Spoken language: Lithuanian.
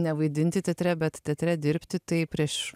nevaidinti teatre bet teatre dirbti tai prieš